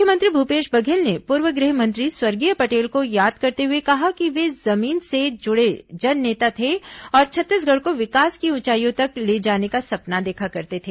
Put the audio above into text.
मुख्यमंत्री भूपेश बघेल ने पूर्व गृह मंत्री स्वर्गीय पटेल को याद करते हुए कहा कि वे जमीन से जुड़े जननेता थे और छत्तीसगढ़ को विकास की ऊंचाइयों तक ले जाने का सपना देखा करते थे